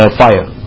fire